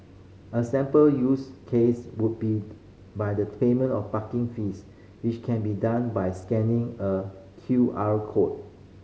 a sample use case would be by the payment of parking fees which can be done by scanning a Q R code